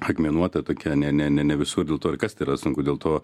akmenuota tokia ne ne ne ne visur dėl to ir kasti yra sunku dėl to